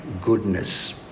goodness